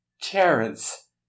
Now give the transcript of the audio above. Terence